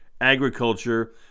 agriculture